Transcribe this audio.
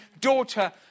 daughter